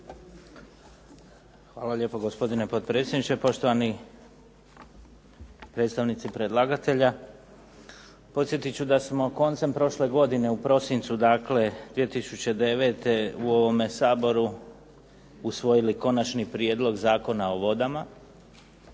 Hvala lijepo, gospodine potpredsjedniče. Poštovani predstavnici predlagatelja. Podsjetit ću da smo koncem prošle godine u prosincu dakle 2009. u ovome Saboru usvojili Konačni prijedlog Zakona o vodama,